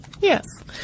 Yes